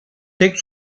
tek